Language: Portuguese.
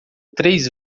três